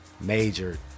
major